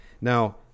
Now